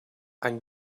ein